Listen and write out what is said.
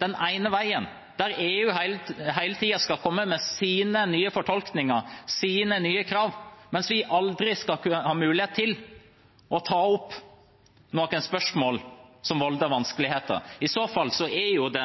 den ene veien, der EU hele tiden skal komme med sine nye fortolkninger, sine nye krav, mens vi aldri skal ha mulighet til å ta opp noen spørsmål som volder vanskeligheter. I så fall er det